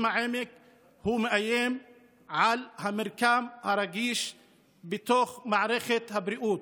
העמק מאיים על המרקם הרגיש בתוך מערכת הבריאות.